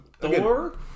Thor